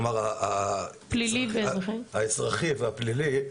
כלומר האזרחי והפלילי,